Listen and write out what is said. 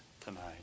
tonight